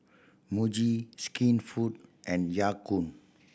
Muji Skinfood and Ya Kun